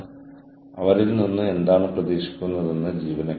ഈ പ്രത്യേക ശൃംഖലയുടെ ഉദാഹരണം NPTEL നെറ്റ്വർക്ക് എടുക്കാം